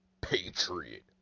Patriot